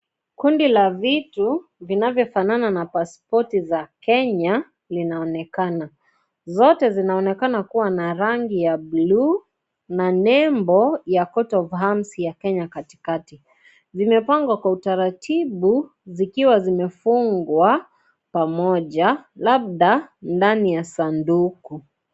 Kundi la vitu vinavyofanana na pasipoti za Kenya linaonekana. Zote zinaonekana kuwa na rangi ya bluu na nembo ya (CS)court of arms(CS)ya Kenya katikati. Zimepangwa kwa utaratibu zikiwa zimefungwa pamoja labda ndani ya sanduku.